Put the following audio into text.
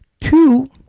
Two